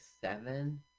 seven